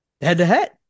head-to-head